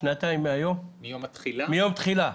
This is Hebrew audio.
שנתיים מיום התחילה.